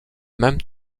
même